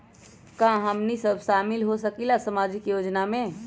का हमनी साब शामिल होसकीला सामाजिक योजना मे?